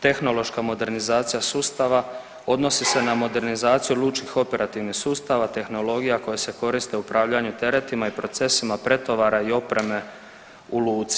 Tehnološka modernizacija sustava odnosi se na modernizaciju lučkih operativnih sustava, tehnologija koje se koriste u upravljanju teretima i procesima pretovara i opreme u luci.